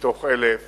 מתוך 1,000